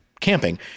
camping